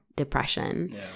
Depression